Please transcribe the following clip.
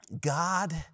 God